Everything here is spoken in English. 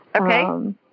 Okay